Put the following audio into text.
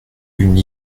une